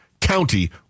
county